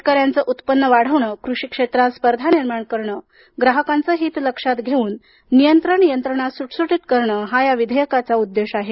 शेतकऱ्यांचे उत्पन्न वाढवणं कृषी क्षेत्रात स्पर्धा निर्माण करणं ग्राहकांचे हीत लक्षात घेऊन नियंत्रण यंत्रणा सुटसुटीत करणं हा या विधेयकाचा उद्देश आहे